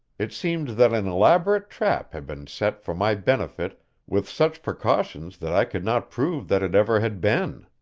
it seemed that an elaborate trap had been set for my benefit with such precautions that i could not prove that it ever had been.